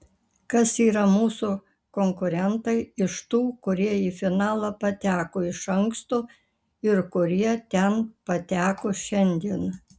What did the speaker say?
kas yra mūsų konkurentai iš tų kurie į finalą pateko iš anksto ir kurie ten pateko šiandien